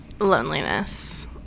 loneliness